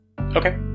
Okay